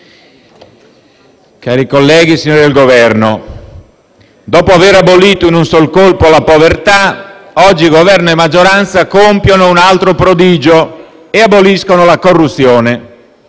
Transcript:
cari colleghi, signori del Governo, dopo aver abolito in un sol colpo la povertà, oggi Governo e maggioranza compiono un altro prodigio e aboliscono la corruzione.